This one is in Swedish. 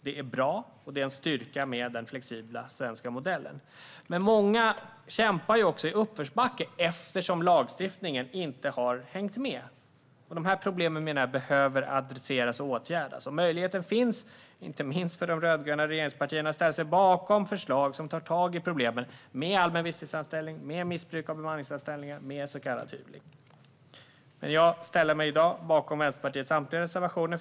Det är bra, och det är en styrka med den flexibla svenska modellen. Men många kämpar också i uppförsbacke, eftersom lagstiftningen inte har hängt med. Jag menar att dessa problem behöver adresseras och åtgärdas. Möjligheten finns - inte minst för de rödgröna regeringspartierna - att ställa sig bakom förslag som tar tag i problemen med allmän visstidsanställning, med missbruk av bemanningsanställningar och med så kallad hyvling. Jag ställer mig i dag bakom Vänsterpartiets samtliga reservationer.